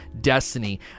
Destiny